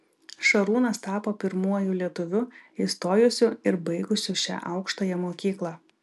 šarūnas tapo pirmuoju lietuviu įstojusiu ir baigusiu šią aukštąją mokyklą